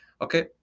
Okay